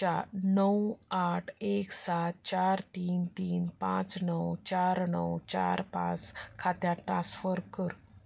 च्या णव आठ एक सात चार तीन तीन पांच णव चार णव चार पांच खात्यांत ट्रान्स्फर कर